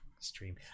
Stream